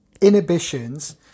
Inhibitions